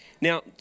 Now